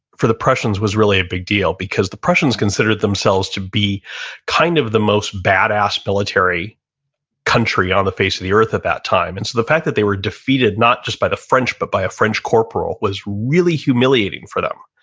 for the prussians, was really a big deal, because the prussians considered themselves to be kind of the most badass country on the face of the earth at that time. and so, the fact that they were defeated, not just by the french, but by a french corporal, was really humiliating for them.